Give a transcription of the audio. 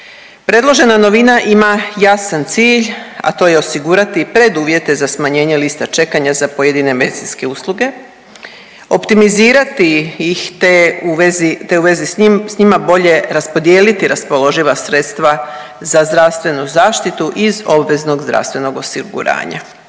Predložena novina ima jasan cilj, a to je osigurati preduvjete za smanjenje liste čekanja za pojedine medicinske usluge, optimizirati ih te u vezi s njima bolje raspodijeliti raspoloživa sredstva za zdravstvenu zaštitu iz obveznog zdravstvenog osiguranja.